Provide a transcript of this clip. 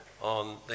on